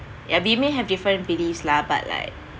yeah we may have different beliefs lah but like